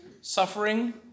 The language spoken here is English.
suffering